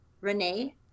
Renee